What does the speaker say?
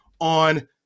on